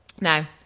Now